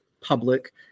public